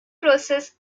process